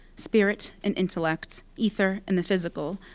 spirit and intellect, ether and the physical,